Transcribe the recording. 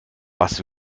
was